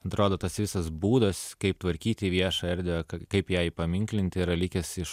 atrodo tas visas būdas kaip tvarkyti viešąją erdvę kaip ją įpaminklinti yra likęs iš